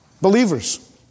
believers